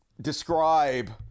describe